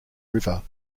river